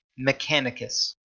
Mechanicus